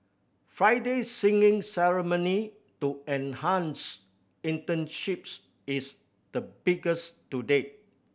Friday's signing ceremony to enhance internships is the biggest to date